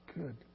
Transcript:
good